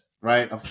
right